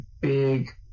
big